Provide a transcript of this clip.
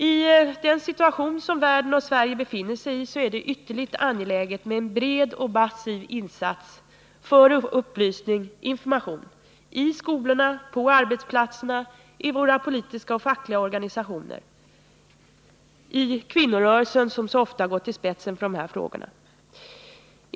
I den situation som världen och Sverige befinner sig i är det ytterligt angeläget med en bred och massiv insats för upplysning och information — i skolorna, på arbetsplatserna, i våra politiska och fackliga organisationer samt i kvinnorörelsen, som så ofta gått i spetsen för dessa frågor.